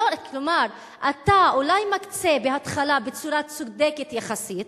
כלומר אתה אולי מקצה בהתחלה בצורה צודקת יחסית,